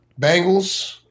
Bengals